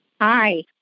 Hi